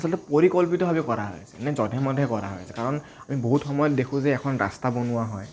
আচলতে পৰিকল্পিতভাৱে কৰা হৈছে নো যধে মধে কৰা হৈছে কাৰণ আমি বহুত সময়ত দেখোঁ যে এখন ৰাস্তা বনোৱা হয়